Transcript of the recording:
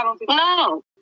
No